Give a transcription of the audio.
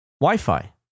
Wi-Fi